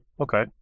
Okay